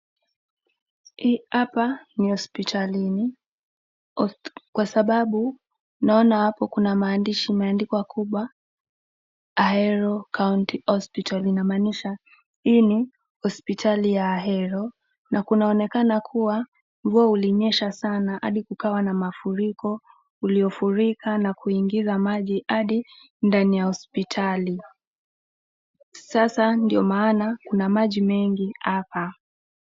Hapa ni hospitalini, kwa sababu naona hapo kuna maandishi imeandikwa kubwa Ahero county hospital , inamaanisha hii ni hoslitali ya Ahero, na kunaonekana kuwa, mvua ulinyesha sana hadi kukawa na mafuriko uliofurika na kuingiza maji hadi ndani ya hospitali. Sasa ndio maana kuna maji mengi hapa.